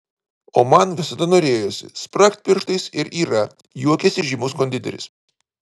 o man visada norėjosi spragt pirštais ir yra juokiasi žymus konditeris